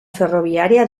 ferroviaria